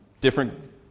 different